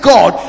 God